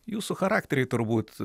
jūsų charakteriai turbūt